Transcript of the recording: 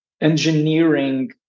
engineering